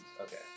Okay